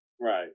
right